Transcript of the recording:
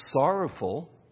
sorrowful